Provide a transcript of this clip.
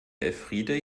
elfriede